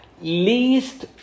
least